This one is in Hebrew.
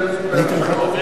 ועוד תוכנית של,